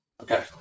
Okay